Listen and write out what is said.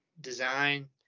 design